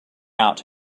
out